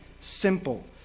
simple